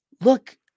Look